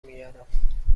میارم